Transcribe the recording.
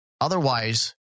Otherwise